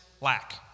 lack